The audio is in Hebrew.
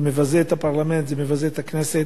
זה מבזה את הפרלמנט, זה מבזה את הכנסת.